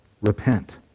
Repent